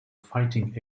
fighting